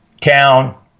town –